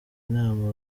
inama